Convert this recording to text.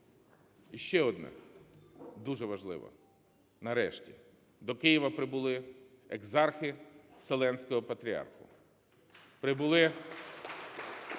Іще одне, дуже важливе. Нарешті, до Києва прибули екзархи Вселенського патріарху. (Оплески)